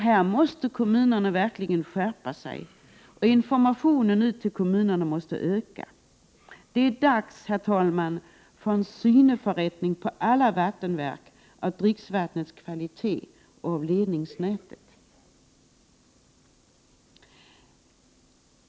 Här måste kommunerna verkligen skärpa sig och informationen till kommunerna öka. Det är dags, herr talman, med en syneförrättning på alla vattenverk av dricksvattnets kvalitet och på ledningsnätet.